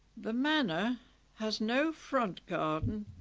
the manor has no front garden.